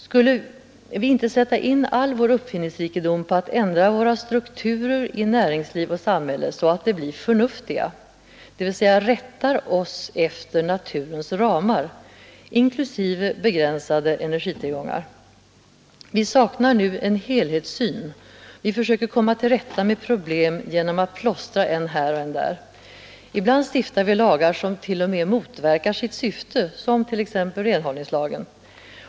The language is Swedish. Borde vi inte sätta in all vår uppfinningsrikedom på att ändra våra strukturer i näringsliv och samhälle så att de blir förnuftiga, dvs. rätta oss efter naturens ramar, inklusive begränsade energitillgångar? Vi saknar nu en helhetssyn och försöker komma till rätta med problemen genom att plåstra än här och än där. Ibland stiftar vi lagar som t.o.m. motverkar sitt syfte, som t.ex. renhållningslagen.